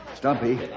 Stumpy